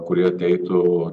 kurie ateitų